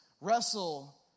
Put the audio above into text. wrestle